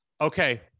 Okay